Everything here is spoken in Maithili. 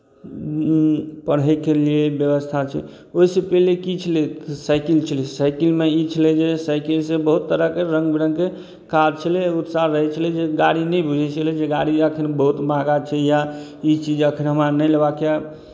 पढ़यके लिए एक व्यवस्था छै ओहिसँ पहिले की छलै साइकिल छलै साइकिलमे ई छलै जे साइकिलसँ बहुत तरहके रङ्ग बिरङ्गके कार छलै उत्साह रहै छलै जे गाड़ी नहि बुझै छलै जे गाड़ी एखन बहुत महगा छै या ई चीज एखन हमरा नहि लेबाक यए